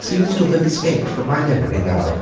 seems to have escaped from my memory now.